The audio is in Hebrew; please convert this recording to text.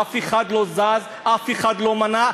אף אחד לא זז, אף אחד לא מנע.